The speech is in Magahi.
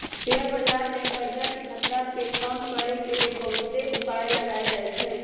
शेयर बजार में करजाके खतरा के कम करए के लेल बहुते उपाय लगाएल जाएछइ